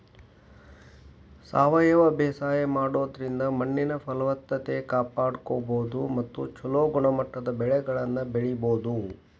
ಸಾವಯವ ಬೇಸಾಯ ಮಾಡೋದ್ರಿಂದ ಮಣ್ಣಿನ ಫಲವತ್ತತೆ ಕಾಪಾಡ್ಕೋಬೋದು ಮತ್ತ ಚೊಲೋ ಗುಣಮಟ್ಟದ ಬೆಳೆಗಳನ್ನ ಬೆಳಿಬೊದು